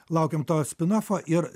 laukiam to spinofo ir